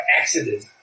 accident